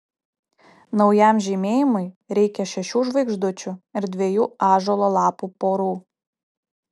naujam žymėjimui reikia šešių žvaigždučių ir dviejų ąžuolo lapų porų